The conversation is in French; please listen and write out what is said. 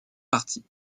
parties